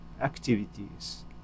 activities